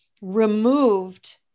removed